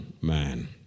man